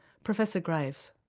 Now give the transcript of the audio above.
professor graves.